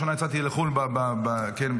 פעם ראשונה יצאתי לחו"ל בחיים שלי בכלל.